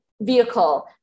vehicle